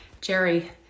Jerry